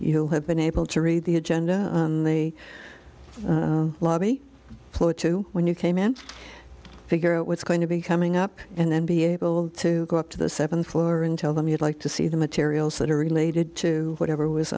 you have been able to read the agenda and they lobby plough to when you came and figure out what's going to be coming up and then be able to go up to the seventh floor and tell them you'd like to see the materials that are related to whatever was